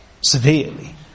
severely